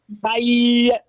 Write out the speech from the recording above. Bye